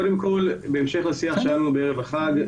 קודם כל, בהמשך לשיח שהיה לנו בערב החג.